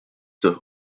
durch